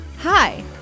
Hi